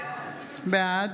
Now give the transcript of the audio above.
בעד